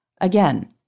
Again